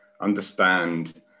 understand